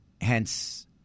hence